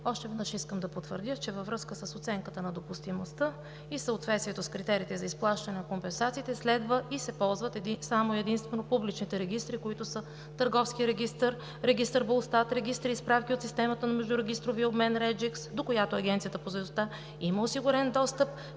още веднъж искам да потвърдя, че във връзка с оценката на допустимостта и съответствието с критериите за изплащане на компенсациите, следва и се ползват само и единствено публичните регистри, които са Търговският регистър, регистър БУЛСТАТ, регистри и справки от системата на междурегистровия обмен RegiX, до която Агенцията по заетостта има осигурен достъп,